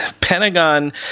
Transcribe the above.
Pentagon